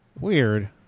Weird